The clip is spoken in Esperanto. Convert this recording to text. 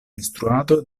instruado